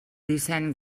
disseny